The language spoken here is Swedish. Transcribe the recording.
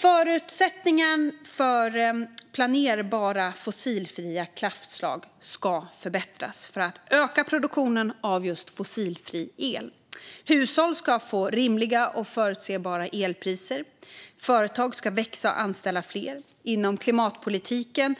Förutsättningar för planerbara fossilfria kraftslag ska förbättras för att öka produktionen av fossilfri el. Hushåll ska få rimliga och förutsebara elpriser. Företag ska växa och anställa fler. Inom klimatpolitiken